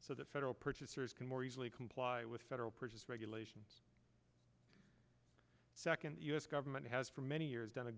so that federal purchasers can more easily comply with federal purchase regulations second us government has for many years done a